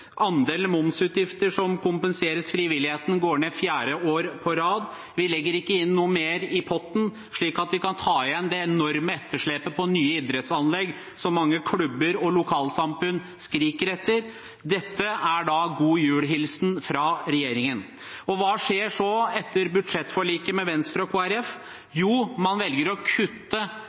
Andelen momsutgifter som kompenserer frivilligheten, går ned fjerde år på råd. Vi legger ikke inn noe mer i potten slik at vi kan ta igjen det enorme etterslepet på nye idrettsanlegg, noe mange klubber og lokalsamfunn skriker etter. – Dette er god jul-hilsenen fra regjeringen. Og hva skjer så etter budsjettforliket med Venstre og Kristelig Folkeparti? Jo, man velger å kutte